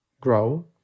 grow